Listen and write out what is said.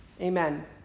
Amen